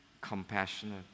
compassionate